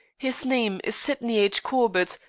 his name is sydney h. corbett,